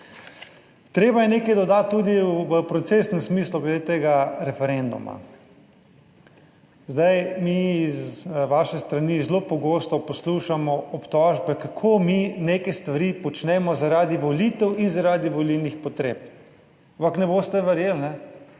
Treba je nekaj dodati tudi v procesnem smislu glede tega referenduma. Zdaj mi iz vaše strani zelo pogosto poslušamo obtožbe kako mi neke stvari počnemo zaradi volitev in zaradi volilnih potreb. Ampak ne boste verjeli, vse